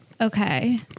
Okay